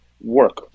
work